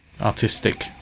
artistic